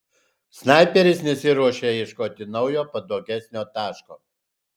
snaiperis nesiruošė ieškoti naujo patogesnio taško